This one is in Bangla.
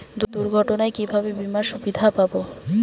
দুর্ঘটনায় কিভাবে বিমার সুবিধা পাব?